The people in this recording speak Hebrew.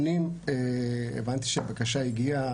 הבנתי שבקשה הגיעה,